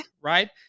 right